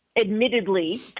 admittedly